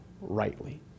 rightly